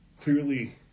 clearly